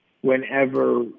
whenever